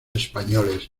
españoles